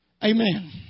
Amen